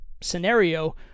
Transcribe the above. scenario